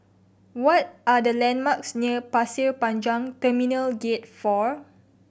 what are the landmarks near Pasir Panjang Terminal Gate Four